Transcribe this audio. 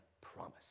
promise